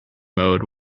mode